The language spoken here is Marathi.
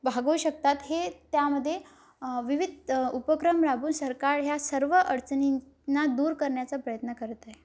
भागू शकतात हे त्यामध्ये विविध उपक्रम राबून सरकार ह्या सर्व अडचणींना दूर करण्या्चा प्रयत्न करतंय